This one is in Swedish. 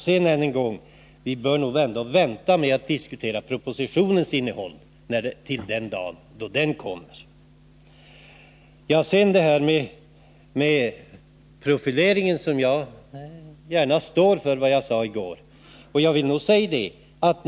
Sedan än en gång: Vi bör nog ändå vänta med att diskutera propositionens innehåll till den dag då den kommer. Beträffande profileringen vill jag gärna stå för vad jag sade i går.